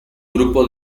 grupo